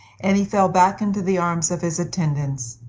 and he fell back into the arms of his attendants.